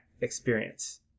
experience